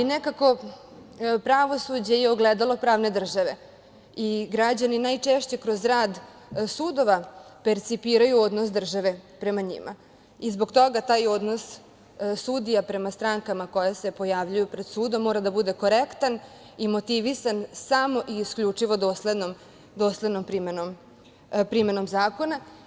Pravosuđe je ogledalo pravne države i građani najčešće kroz rad sudova percipiraju odnos države prema njima i zbog toga taj odnos sudija prema strankama koje se pojavljuju pred sudom mora da bude korektan i motivisan samo i isključivo doslednom primenom zakona.